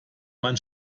man